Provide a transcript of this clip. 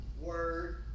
word